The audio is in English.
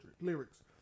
lyrics